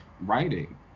writing